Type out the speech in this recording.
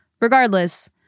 Regardless